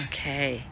Okay